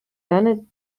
then